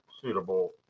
suitable